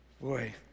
Boy